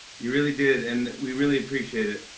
you really did, and we really appreciate it.